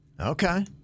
Okay